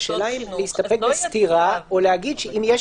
השאלה אם להסתפק בסתירה או להגיד שאם יש